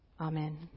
Amen